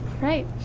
Right